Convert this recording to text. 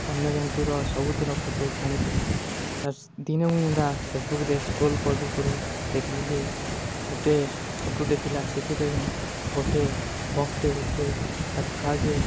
ବନ୍ୟଜନ୍ତୁର ସବୁଥିର ଫଟୋ ଛାଡ଼ୁଥିଲ ଦିନେ ମୁଇଁ ଯେନ୍ତା ଫେସ୍ବୁକ୍ରେ ସ୍କ୍ରୋଲ୍ କରୁ କରୁ ଦେଖ୍ଲି ଯେ ଗୋଟେ ଫଟୋଟେ ଥିଲା ସେଥିରେକିନି ଗୁଟେ ବଗ୍ଟେ ଗୁଟେ ତା'ର୍ ଛୁଆକେ